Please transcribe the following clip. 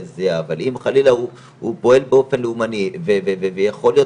אבל אם חלילה הוא פועל באופן לאומני ויכול להיות